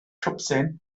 twpsyn